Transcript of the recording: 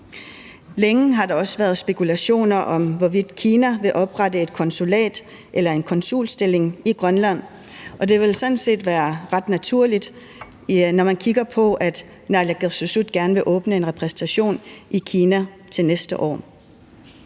Længe har der også været spekulationer om, hvorvidt Kina vil oprette et konsulat eller en konsulstilling i Grønland, og det ville sådan set være ret naturligt, når man kigger på, at naalakkersuisut gerne vil åbne en repræsentation i Kina til næste år.